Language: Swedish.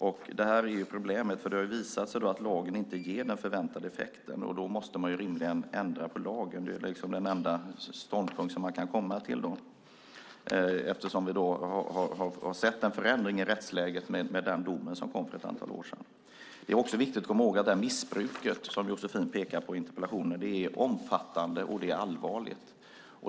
Det är detta som är problemet, för det har visat sig att lagen inte ger den förväntade effekten. Då måste man rimligen ändra på lagen. Det är den enda ståndpunkt man kan komma fram till, eftersom vi har sett en förändring i rättsläget i och med den dom som kom för ett antal år sedan. Det är också viktigt att komma ihåg att det missbruk som Josefin pekar på i interpellationen är omfattande och allvarligt.